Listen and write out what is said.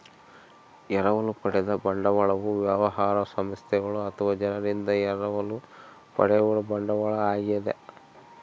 ಎರವಲು ಪಡೆದ ಬಂಡವಾಳವು ವ್ಯವಹಾರ ಸಂಸ್ಥೆಗಳು ಅಥವಾ ಜನರಿಂದ ಎರವಲು ಪಡೆಯುವ ಬಂಡವಾಳ ಆಗ್ಯದ